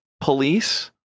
police